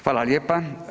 Hvala lijepa.